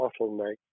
bottleneck